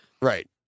Right